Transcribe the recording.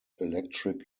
electric